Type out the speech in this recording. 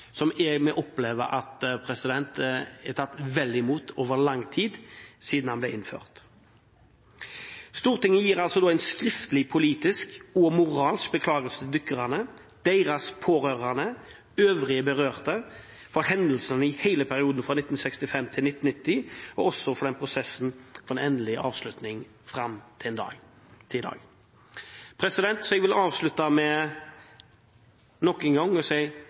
som vi opplever at er tatt vel imot over lang tid siden den ble innført. Stortinget gir altså en skriftlig politisk og moralsk beklagelse til dykkerne, deres pårørende og øvrige berørte for hendelsene i hele perioden 1965–1990 og for den prosessen for en endelig avslutning fram til i dag. Jeg vil avslutte med nok en gang å si